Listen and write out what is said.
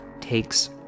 takes